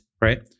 right